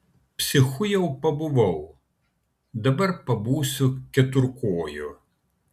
psichu jau pabuvau dabar pabūsiu keturkoju